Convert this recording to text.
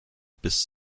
bis